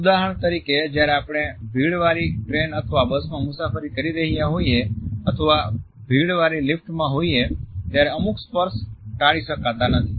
ઉદાહરણ તરીકે જ્યારે આપણે ભીડ વાળી ટ્રેન અથવા બસમાં મુસાફરી કરી રહ્યા હોઈએ અથવા ભીડ વાળી લિફ્ટ માં હોઈએ ત્યારે અમુક સ્પર્શ ટાળી શકતા નથી